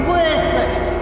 Worthless